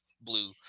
blue